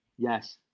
Yes